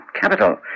capital